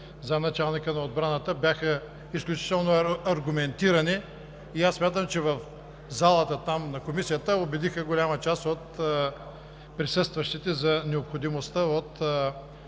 заместник-началника на отбраната бяха изключително аргументирани и смятам, че в залата – там на Комисията, убедиха голяма част от присъстващите за необходимостта от